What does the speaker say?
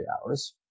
hours